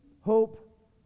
hope